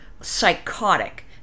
psychotic